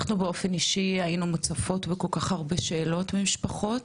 אנחנו באופן אישי היינו מוצפות בכל כך הרבה שאלות ממשפחות,